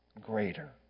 greater